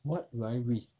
what would I risk